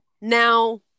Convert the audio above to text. now